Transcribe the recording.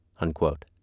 unquote